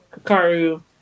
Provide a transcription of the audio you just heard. Kakaru